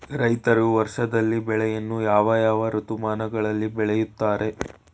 ರೈತರು ವರ್ಷದಲ್ಲಿ ಬೆಳೆಯನ್ನು ಯಾವ ಯಾವ ಋತುಮಾನಗಳಲ್ಲಿ ಬೆಳೆಯುತ್ತಾರೆ?